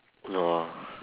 no ah